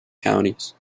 counties